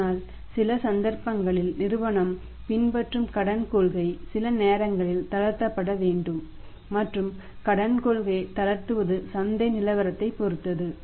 ஆனால் சில சந்தர்ப்பங்களில் நிறுவனம் பின்பற்றும் கடன் கொள்கை சில நேரங்களில் தளர்த்தப்பட வேண்டும் மற்றும் கடன் கொள்கையை தளர்த்துவது சந்தை நிலவரத்தைப் பொறுத்தது